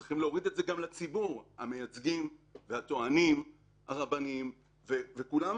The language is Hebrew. צריך להוריד את זה גם לציבור המייצגים והטוענים הרבניים ולכולם,